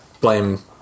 blame